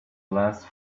last